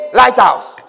lighthouse